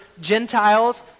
Gentiles